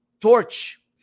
torch